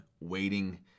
waiting